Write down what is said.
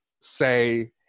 say